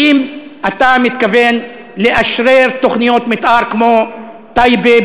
האם אתה מתכוון לאשרר תוכניות מתאר כמו טייבה,